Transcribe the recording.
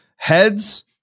heads